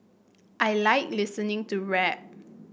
I like listening to rap